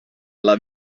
alla